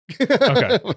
Okay